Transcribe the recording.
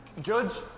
Judge